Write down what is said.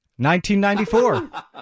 1994